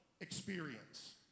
experience